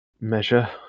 measure